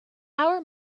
our